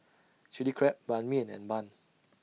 Chilli Crab Ban Mian and Bun